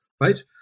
right